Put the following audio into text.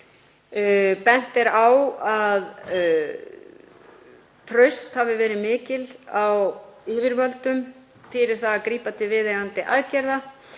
Bent er á að traust hafi verið mikið á yfirvöldum fyrir það að grípa til viðeigandi aðgerða.